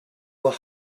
were